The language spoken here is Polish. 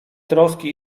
troski